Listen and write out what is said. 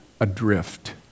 adrift